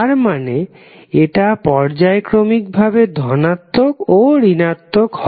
তার মানে এটা পর্যায়ক্রমিক ভাবে ধনাত্মক ও ঋণাত্মক হয়